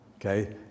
Okay